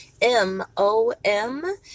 M-O-M